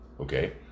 Okay